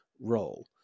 role